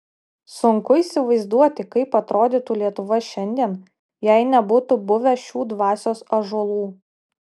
sunku įsivaizduoti kaip atrodytų lietuva šiandien jei nebūtų buvę šių dvasios ąžuolų